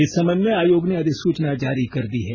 इस सम्बन्ध में आयोग ने अधिसूचना जारी कर दी है